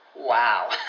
Wow